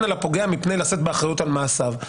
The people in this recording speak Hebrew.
על הפוגע מפני לשאת באחריות על מעשיו.